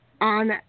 on